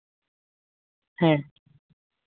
ᱦᱮᱸ